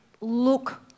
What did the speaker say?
look